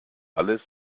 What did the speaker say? alles